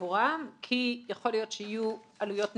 עבורן כי יכול להיות שיהיו עלויות נלוות.